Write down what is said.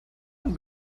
ein